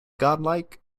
godlike